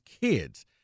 kids